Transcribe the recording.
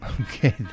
Okay